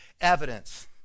Evidence